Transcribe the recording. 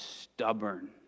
stubborn